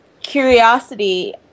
curiosity